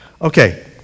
okay